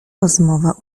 rozmowa